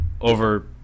over